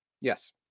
Yes